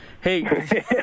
Hey